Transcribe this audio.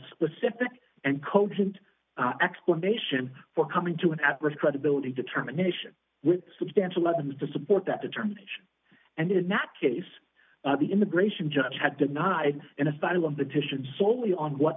specific and cogent explanation for coming to an adverse credibility determination with substantial evidence to support that determination and in that case the immigration judge had denied in a file of the titian soley on what